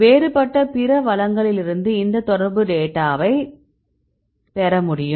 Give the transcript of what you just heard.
வேறுபட்ட பிற வளங்களிலிருந்து இந்த தொடர்புத் டேட்டாவை பெற முடியும்